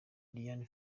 dian